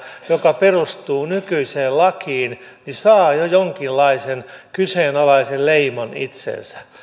joka perustuu nykyiseen lakiin niin saa jo jonkinlaisen kyseenalaisen leiman itseensä